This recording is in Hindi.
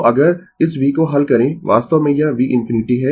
तो अगर इस v को हल करें वास्तव में यह v ∞ है